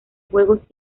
juegos